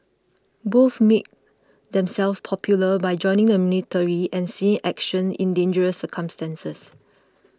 both made themselves popular by joining the military and seeing action in dangerous circumstances